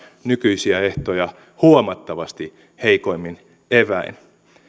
nykyisiä ehtoja huomattavasti heikoimmin eväin